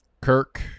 Kirk